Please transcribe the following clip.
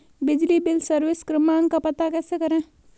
बिजली bill service क्रमांक का पता कैसे करें?